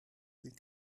viel